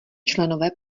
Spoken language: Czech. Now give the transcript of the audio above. členové